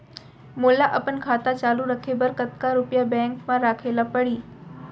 मोला अपन खाता चालू रखे बर कतका रुपिया बैंक म रखे ला परही?